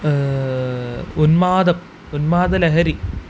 ഉന്മാദം ഉന്മാദലഹരി